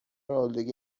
آلودگی